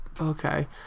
okay